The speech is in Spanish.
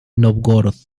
nóvgorod